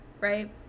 right